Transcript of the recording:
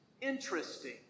interesting